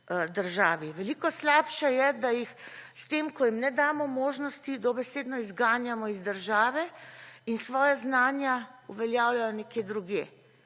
državi. Veliko slabše je, da jih s tem ko jim ne damo možnosti dobesedno izganjamo iz države in svoja znanja uveljavljajo nekje drugje.